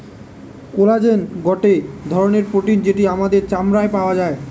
collagen গটে ধরণের protein যেটি আমাদের চামড়ায় পাওয়া যায়